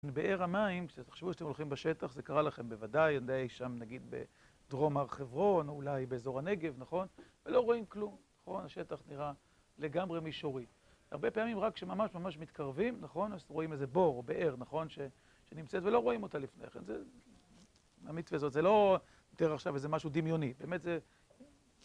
באר המים, כשאתם תחשבו שאתם הולכים בשטח, זה קרה לכם בוודאי, נדעי שם נגיד בדרום ער חברון, או אולי באזור הנגב, נכון? ולא רואים כלום, נכון? השטח נראה לגמרי מישורי. הרבה פעמים, רק כשממש ממש מתקרבים, נכון? אז רואים איזה בור או בער, נכון? שנמצאת, ולא רואים אותה לפני. המצווה הזאת, זה לא יותר עכשיו איזה משהו דמיוני.